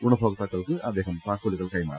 ഗുണഭോക്താക്കൾക്ക് അദ്ദേഹം താക്കോലുകൾ കൈമാറി